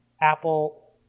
Apple